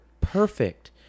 perfect